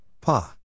Pa